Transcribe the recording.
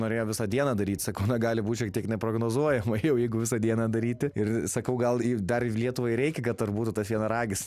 norėjo visą dieną daryt sakau na gali būt šiek tiek neprognozuojama jau jeigu visą dieną daryti ir sakau gal dar lietuvai reikia kad dar turbūt tas vienaragis